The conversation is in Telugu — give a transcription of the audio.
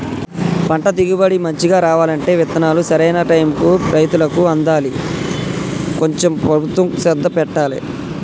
పంట దిగుబడి మంచిగా రావాలంటే విత్తనాలు సరైన టైముకు రైతులకు అందాలి కొంచెం ప్రభుత్వం శ్రద్ధ పెట్టాలె